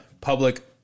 public